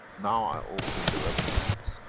now i open the weapon of peace.